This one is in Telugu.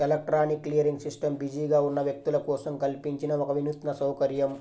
ఎలక్ట్రానిక్ క్లియరింగ్ సిస్టమ్ బిజీగా ఉన్న వ్యక్తుల కోసం కల్పించిన ఒక వినూత్న సౌకర్యం